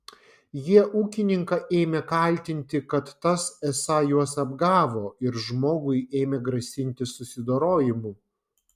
jie ūkininką ėmė kaltinti kad tas esą juos apgavo ir žmogui ėmė grasinti susidorojimu